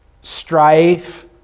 Strife